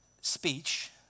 speech